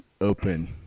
open